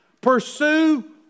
pursue